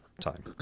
time